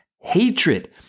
hatred